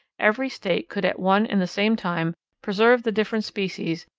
every state could at one and the same time preserve the different species,